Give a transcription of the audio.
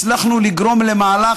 הצלחנו לגרום למהלך